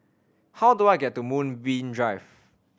how do I get to Moonbeam Drive